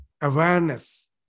awareness